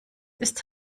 ist